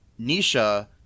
Nisha